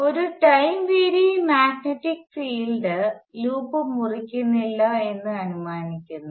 ഒരു time varying magnetic field loop മുറിക്കുന്നില്ല എന്ന് അനുമാനിക്കുന്നു